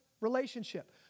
relationship